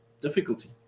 difficulty